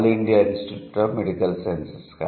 all India institute of medical sciences